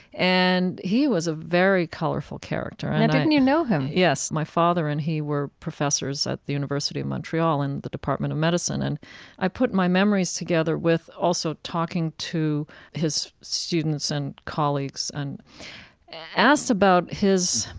and he was a very colorful character, and and i, now, didn't you know him? yes. my father and he were professors at the university of montreal in the department of medicine. and i put my memories together with also talking to his students and colleagues and asked about his,